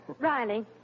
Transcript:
Riley